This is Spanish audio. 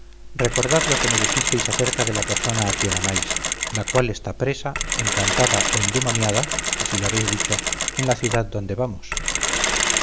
recordad lo que me dijisteis acerca de la persona a quien amáis la cual está presa encantada o endemoniada así lo habéis dicho en la ciudad adonde vamos